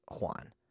Juan